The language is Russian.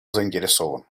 заинтересован